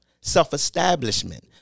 self-establishment